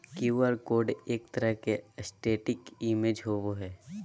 Q R code एक तरह के स्टेटिक इमेज होबो हइ